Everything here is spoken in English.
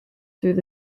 through